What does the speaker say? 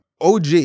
OG